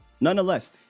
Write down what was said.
Nonetheless